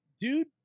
dude